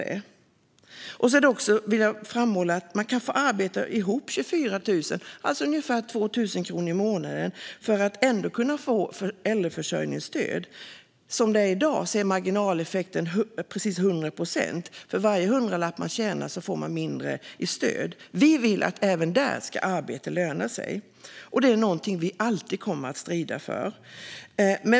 Jag vill också framhålla att man kan få arbeta ihop 24 000, alltså ungefär 2 000 kronor i månaden, och ändå kunna få äldreförsörjningsstöd. Som det är i dag är marginaleffekten precis 100 procent - för varje hundralapp man tjänar får man mindre i stöd. Vi vill att arbete ska löna sig även där. Det är något vi alltid kommer att strida för.